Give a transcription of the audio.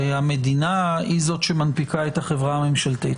המדינה היא זאת שמנפיקה את החברה הממשלתית.